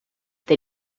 they